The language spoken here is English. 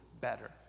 better